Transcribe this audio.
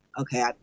okay